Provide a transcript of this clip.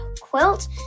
quilt